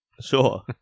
Sure